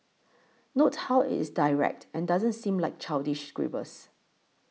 note how it is direct and doesn't seem like childish scribbles